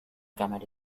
cámara